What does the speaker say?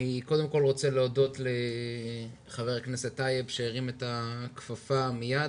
אני קודם כל רוצה להודות לח"כ טייב שהרים את הכפפה מיד,